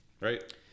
Right